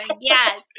Yes